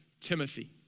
Timothy